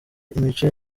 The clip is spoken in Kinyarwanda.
imico